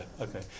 okay